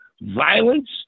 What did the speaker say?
violence